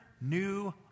new